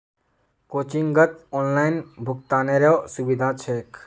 कोचिंगत ऑनलाइन भुक्तानेरो सुविधा छेक